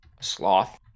Sloth